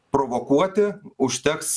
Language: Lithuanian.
provokuoti užteks